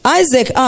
isaac